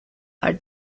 are